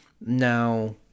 Now